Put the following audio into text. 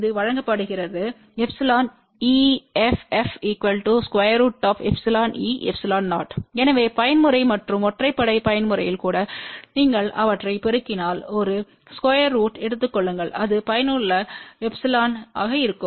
அது வழங்கப்படுகிறது εEFF√εஇε0 எனவே பயன்முறை மற்றும் ஒற்றைப்படை பயன்முறையில் கூட நீங்கள் அவற்றைப் பெருக்கினால் ஒரு ஸ்கொயர் ரூட்த்தை எடுத்துக் கொள்ளுங்கள் அது பயனுள்ள எப்சிலனாக இருக்கும்